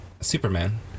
Superman